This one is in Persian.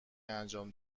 انجام